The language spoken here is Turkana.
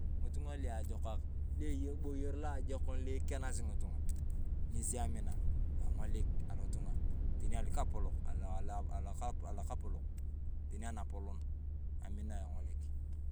Ng'itunga luajokak lu eyei eboyer loa ajokon lo ekenasi ng’itung’a. Ng’esi amina, eng’olik alotung’a teni alukapolok alo alo alo alokapolak, teni anapolon, amina eng’olik.